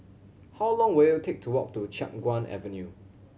how long will it take to walk to Chiap Guan Avenue